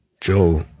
Joe